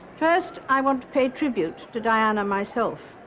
first, i want to pay tribute to diana, myself.